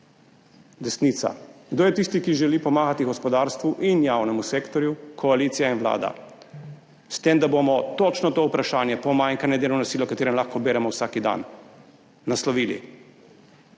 Desnica. Kdo je tisti, ki želi pomagati gospodarstvu in javnemu sektorju? Koalicija in vlada. S tem, da bomo točno to vprašanje pomanjkanja delovne sile, o katerem lahko beremo vsak dan, naslovili,